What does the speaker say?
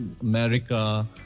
America